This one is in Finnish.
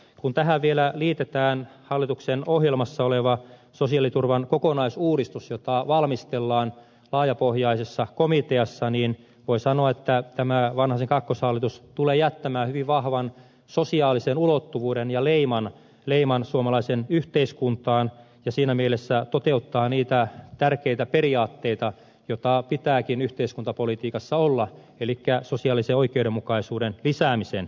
kun tähän vielä liitetään hallituksen ohjelmassa oleva sosiaaliturvan kokonaisuudistus jota valmistellaan laajapohjaisessa komiteassa niin voi sanoa että tämä vanhasen kakkoshallitus tulee jättämään hyvin vahvan sosiaalisen ulottuvuuden ja leiman suomalaiseen yhteiskuntaan ja siinä mielessä toteuttaa niitä tärkeitä periaatteita joita pitääkin yhteiskuntapolitiikassa olla elikkä sosiaalisen oikeudenmukaisuuden lisäämisen